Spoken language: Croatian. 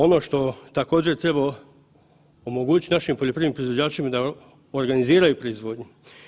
Ono što također, treba omogućiti našim poljoprivrednim proizvođačima da organiziraju proizvodnju.